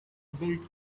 built